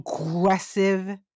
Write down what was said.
aggressive